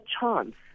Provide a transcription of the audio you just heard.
chance